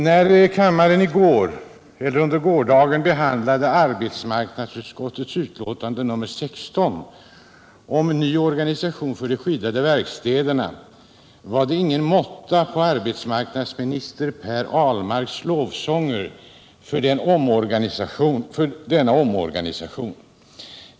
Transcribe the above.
När kammaren under gårdagen behandlade arbetsmarknadsutskottets betänkande nr 16 om en omorganisation för de skyddade verkstäderna var det ingen måtta på arbetsmarknadsminister Per Ahlmarks lovsånger för denna omorganisation.